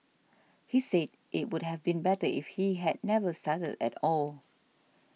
he said it would have been better if he had never started at all